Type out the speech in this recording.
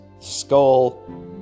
skull